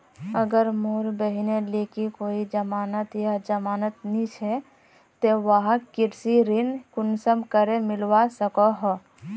अगर मोर बहिनेर लिकी कोई जमानत या जमानत नि छे ते वाहक कृषि ऋण कुंसम करे मिलवा सको हो?